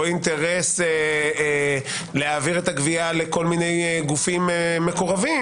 אינטרס להעביר את הגבייה לכל מיני גופים מקורבים